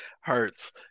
Hurts